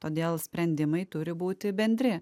todėl sprendimai turi būti bendri